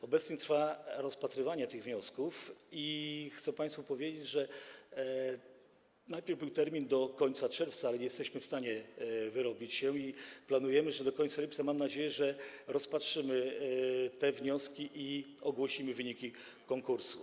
Obecnie trwa rozpatrywanie tych wniosków i chcę państwu powiedzieć, że najpierw był termin do końca czerwca, ale nie jesteśmy w stanie wyrobić się i planujemy, że do końca lipca, mam nadzieję, rozpatrzymy te wnioski i ogłosimy wyniki konkursu.